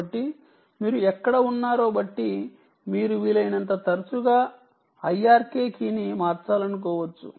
కాబట్టి మీరు ఉండే ప్రదేశాన్ని బట్టి మీరు వీలైనంత తరచుగా IRK కీ ని మార్చాలనుకోవచ్చు